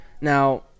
now